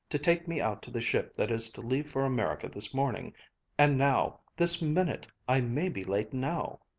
to take me out to the ship that is to leave for america this morning and now this minute, i may be late now!